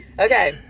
Okay